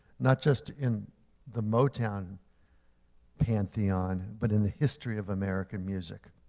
not just in the motown pantheon but in the history of american music.